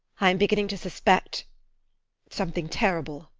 i am beginning to suspect something terrible!